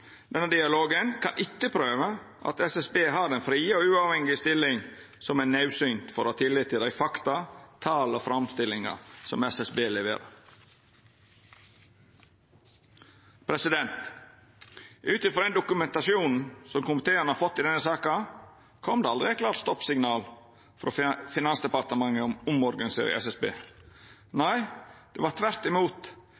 denne dialogen kan etterprøva at SSB har den frie og uavhengige stillinga som er naudsynt for å ha tillit til dei fakta, tal og framstillingar som SSB leverer. Ut frå den dokumentasjonen som komiteen har fått i denne saka, kom det aldri eit klart stoppsignal frå Finansdepartementet om å omorganisera SSB.